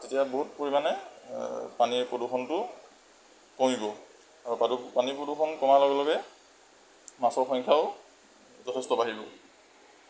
তেতিয়া বহুত পৰিমাণে পানীৰ প্ৰদূষণটো কমিব আৰু পাদু পানীৰ প্ৰদূষণ কমাৰ লগে লগে মাছৰ সংখ্যাও যথেষ্ট বাঢ়িব